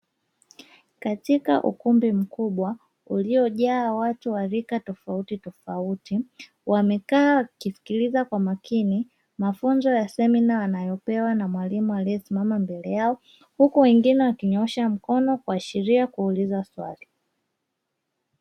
Katika ukumbi mkubwa uliojaa watu wa rika tofauti tofauti, wamekaa wakisikiliza kwa makini mafunzo ya semina wanayopewa na mwalimu aliyesimama mbele yao, huku wengine wakinyoosha mkono kuashiria kuuliza swali.